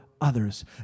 others